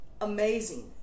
amazing